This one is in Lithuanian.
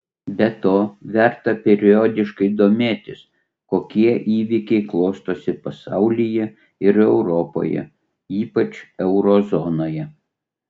be to verta periodiškai domėtis kokie įvykiai klostosi pasaulyje ir europoje ypač euro zonoje